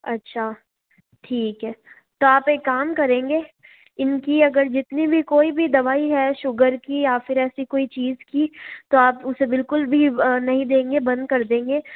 अच्छा ठीक है तो आप एक काम करेंगे इनकी अगर जितनी भी कोई भी दवाई है शुगर की या फिर ऐसी कोई चीज़ की तो आप उसे बिल्कुल भी नहीं देंगे बंद कर देंगे